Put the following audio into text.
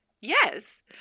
Yes